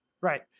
Right